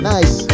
Nice